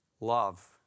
love